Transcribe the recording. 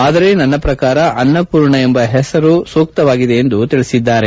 ಆದರೆ ನನ್ನ ಪ್ರಕಾರ ಅನ್ನಪೂರ್ಣ ಎಂಬ ಹೆಸರು ಸೂಕ್ತವಾಗಿದೆ ಎಂದು ಹೇಳಿದರು